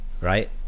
Right